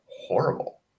horrible